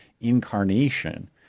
incarnation